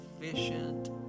efficient